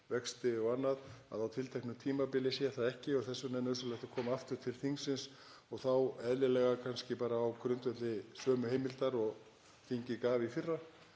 vexti og annað, að á tilteknu tímabili sé það ekki og þess vegna er nauðsynlegt að koma aftur til þingsins og þá eðlilega, kannski bara á grundvelli sömu heimildar og þingið gaf í fyrra,